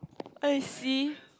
I see